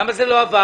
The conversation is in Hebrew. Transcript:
למה זה לא עבר?